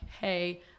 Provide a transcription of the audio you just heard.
hey